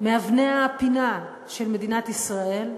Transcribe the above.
מאבני הפינה של מדינת ישראל,